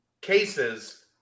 cases